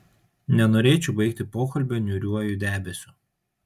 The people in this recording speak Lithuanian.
nenorėčiau baigti pokalbio niūriuoju debesiu